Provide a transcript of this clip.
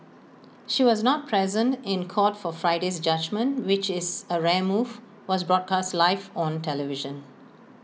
she was not present in court for Friday's judgement which is A rare move was broadcast live on television